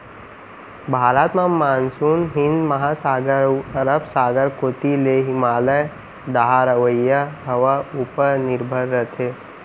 भारत म मानसून हिंद महासागर अउ अरब सागर कोती ले हिमालय डहर अवइया हवा उपर निरभर रथे